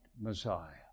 Messiah